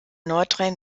nordrhein